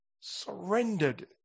surrendered